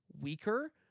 weaker